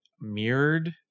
mirrored